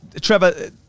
Trevor